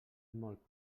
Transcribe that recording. molt